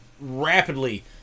rapidly